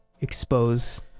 expose